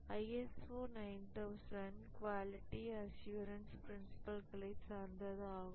ISO 9000 quality assurance ப்ரின்சிபல்களை சார்ந்ததாகும்